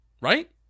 right